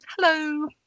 Hello